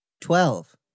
Twelve